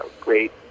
great